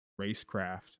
racecraft